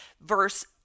verse